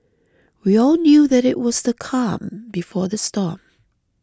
we all knew that it was the calm before the storm